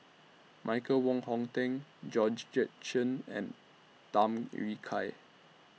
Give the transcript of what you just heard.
Michael Wong Hong Teng Georgette Chen and Tham Yui Kai